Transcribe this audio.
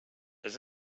does